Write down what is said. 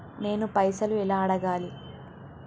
నేను పైసలు ఎలా అడగాలి?